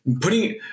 putting